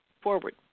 Forward